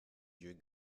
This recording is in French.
yeux